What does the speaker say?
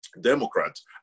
Democrats